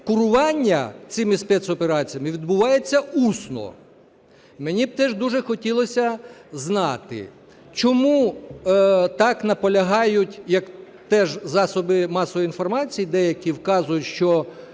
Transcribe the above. курування цими спецопераціями відбувається усно? Мені б теж дуже хотілося знати, чому так наполягають, як теж засоби масової інформації деякі вказують, що